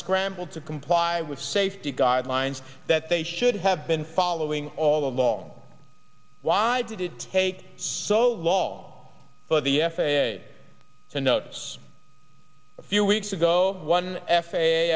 scramble to comply with safety guidelines that they should have been following all of all why did it take so long for the f a a to notice a few weeks ago one f a